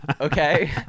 Okay